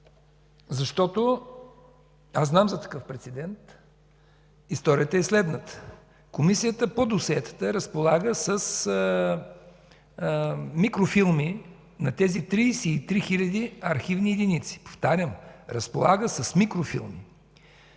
Защото аз знам за такъв прецедент. Историята е следната. Комисията по досиетата разполага с микрофилми на тези 33 хиляди архивни единици. Повтарям, разполага с микрофилми.